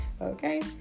okay